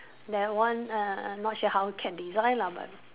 that one err not sure how we can design lah but